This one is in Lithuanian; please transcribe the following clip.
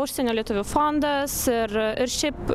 užsienio lietuvių fondas ir ir šiaip